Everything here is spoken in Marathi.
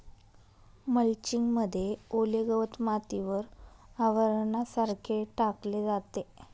मल्चिंग मध्ये ओले गवत मातीवर आवरणासारखे टाकले जाते